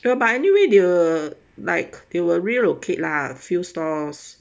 no but anyway they will like they will relocate lah few stores